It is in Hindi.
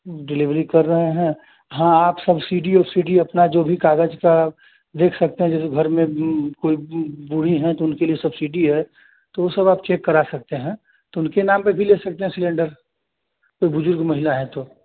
डिलीवरी कर रहे हैं हाँ अब सब्सिडी वब्सिडी अपना जो भी कागज का देख सकते हैं जो घर में कोई बूढ़ी हैं तो उनके लिये सब्सिडी है तो सब आप चेक करा सकते हैं तो उनके नाम पर भी ले सकते हैं सिलेंडर तो बुजुर्ग महिला है तो